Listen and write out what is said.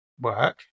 work